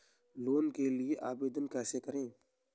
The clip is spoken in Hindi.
लोन के लिए आवेदन कैसे करें?